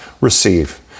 receive